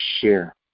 share